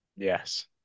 Yes